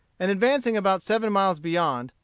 and advancing about seven miles beyond,